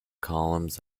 columns